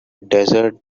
desert